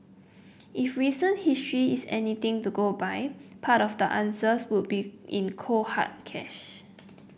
if recent history is anything to go by part of the answers will be in cold hard cash